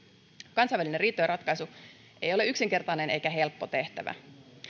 kansainvälinen riitojenratkaisu ei ole yksinkertainen eikä helppo tehtävä